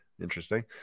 interesting